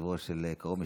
בקברו של קרוב משפחתי,